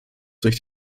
durch